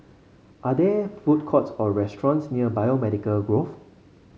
are there food courts or restaurants near Biomedical Grove